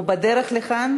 בדרך לכאן?